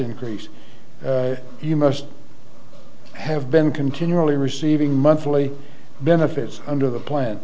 increase you must have been continually receiving monthly benefits under the plan